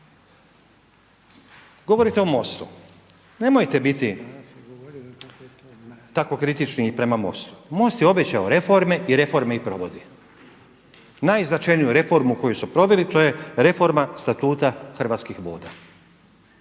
Govorite o MOST-u, nemojte biti tako kritični prema MOST-u, MOST je obećao reforme i reforme i provodi. Najznačajniju reformu koju su proveli to je reforma Statuta Hrvatskih voda